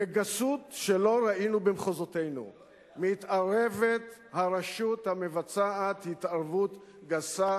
בגסות שלא ראינו במחוזותינו מתערבת הרשות המבצעת התערבות גסה,